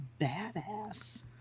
badass